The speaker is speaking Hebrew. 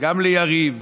גם ליריב,